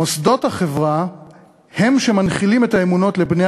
מוסדות החברה הם שמנחילים את האמונות לבני